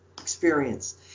experience